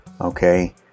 okay